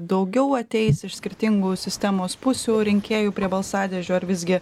daugiau ateis iš skirtingų sistemos pusių rinkėjų prie balsadėžių ar visgi